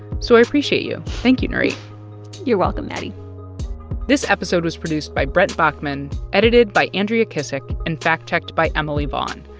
so i appreciate you. thank you, nurith you're welcome, maddie this episode was produced by brent baughman, edited by andrea kissack and fact-checked by emily vaughn.